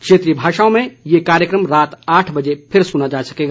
क्षेत्रीय भाषाओं में यह कार्यक्रम रात आठ बजे फिर सुना जा सकेगा